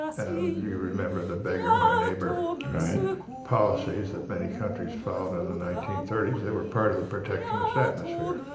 you remember the beggar my neighbor policies that many countries followed in the nineteen thirty s? they were part of the protectionist atmosphere.